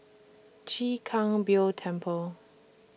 Chwee Kang Beo Temple